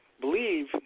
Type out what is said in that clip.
believe